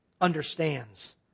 understands